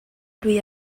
lui